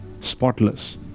spotless